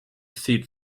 seat